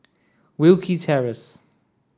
Wilkie Terrace